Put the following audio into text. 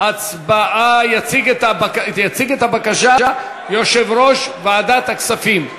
יציג את הבקשה יושב-ראש ועדת הכספים.